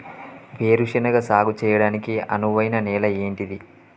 వేరు శనగ సాగు చేయడానికి అనువైన నేల ఏంటిది?